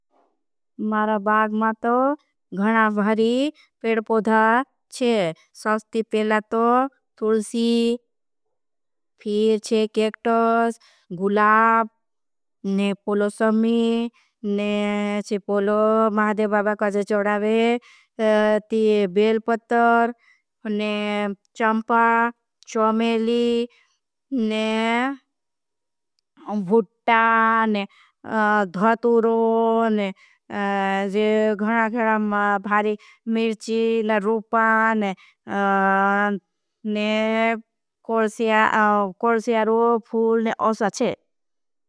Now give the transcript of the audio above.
मारा बाग मा तो घणा भरी पेड़ पोधा चे सस्ती पेला तो थुलसी फिर चे। केक्टोस, गुलाब, ने पोलो समी, ने चे पोलो महाधे, बाबा कजे चड़ावे। ती बेल पत्तर, ने चमपा, चमेली, ने भूट्टा, ने। ध्वातूरो ने तुलसी फिर चे केक्टोस जे घणा घणा मा भारी मिर्ची ने। रूपा, ने कोर्सिया, कोर्सियारो, फूर, ने ओसा चे।